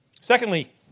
Secondly